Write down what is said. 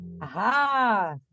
Aha